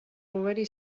already